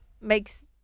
makes